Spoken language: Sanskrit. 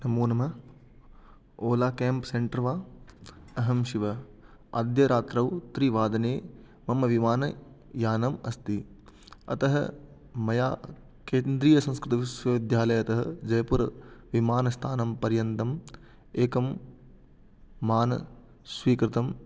नमो नमः ओला केम्प् सेन्टर् वा अहं शिवः अद्य रात्रौ त्रिवादने मम विमानयानम् अस्ति अतः मया केन्द्रीयसंस्कृतविश्वविद्यालयतः जयपुरविमानस्थानं पर्यन्तम् एकं विमानं स्वीकृतम्